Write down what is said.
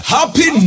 Happy